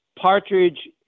Partridge